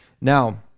Now